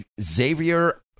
Xavier